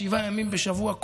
שבעה ימים בשבוע,